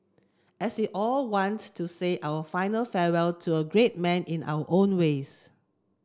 as we all wants to say our final farewell to a great man in our own ways